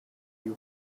you